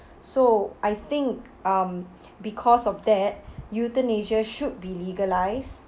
so I think um because of that euthanasia should be legalized